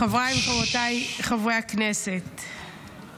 חבריי וחברותיי חברי הכנסת,